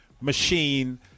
machine